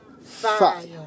Fire